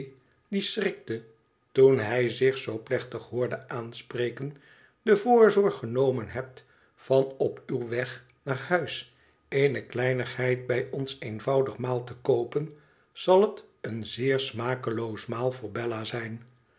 die schrikte toen hij zich zoo plechtig hoorde aanspreken tde voorzorg genomen hebt van op uw weg naar huis eene kleinigheid bij ons eenvoudig maal te koopen zal het een zeer smakeloos maal voor bella zijn